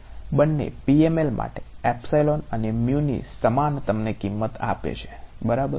બંને PML માટે અને ની સમાન તમને કિંમત આપે છે બરાબર